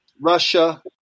Russia